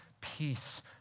peace